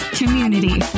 community